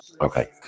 Okay